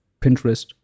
Pinterest